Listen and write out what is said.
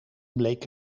bleek